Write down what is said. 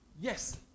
Yes